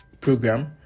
program